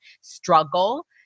struggle